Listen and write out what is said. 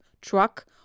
truck